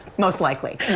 most likely.